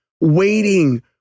waiting